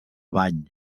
bany